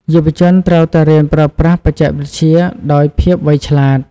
យុវជនត្រូវតែរៀនប្រើប្រាស់បច្ចេកវិទ្យាដោយភាពវៃឆ្លាត។